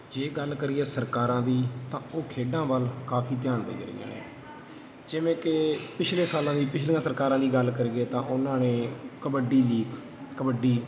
ਜੇ ਗੱਲ ਕਰੀਏ ਸਰਕਾਰਾਂ ਦੀ ਤਾਂ ਉਹ ਖੇਡਾਂ ਵੱਲ ਕਾਫੀ ਧਿਆਨ ਦੇ ਰਹੀਆਂ ਨੇ ਜਿਵੇਂ ਕਿ ਪਿਛਲੇ ਸਾਲਾਂ ਦੀ ਪਿਛਲੀਆਂ ਸਰਕਾਰਾਂ ਦੀ ਗੱਲ ਕਰੀਏ ਤਾਂ ਉਹਨਾਂ ਨੇ ਕਬੱਡੀ ਲੀਗ ਕਬੱਡੀ